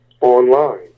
online